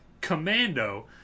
Commando